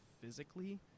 physically